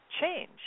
change